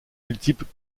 multiples